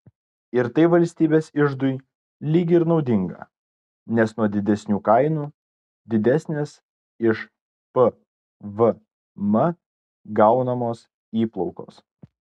ir tai valstybės iždui lyg ir naudinga nes nuo didesnių kainų didesnės iš pvm gaunamos įplaukos